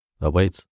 awaits